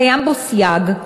קיים בו סייג,